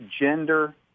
gender